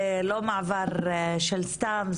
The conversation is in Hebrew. זה לא מעבר של סתם,